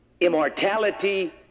immortality